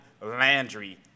Landry